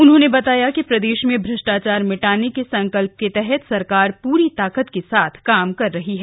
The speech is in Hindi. उन्होंने बताया कि प्रदेश में भ्रष्टाचार मिटाने के संकल्प के तहत सरकार पूरी ताकत के साथ काम कर रही है